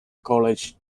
college